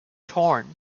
torn